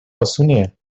اسونیه